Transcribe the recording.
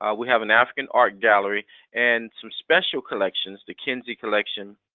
ah we have an african art gallery and some special collections, the kinsey collection,